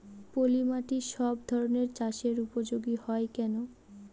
পলিমাটি সব ধরনের চাষের উপযোগী হয় কেন?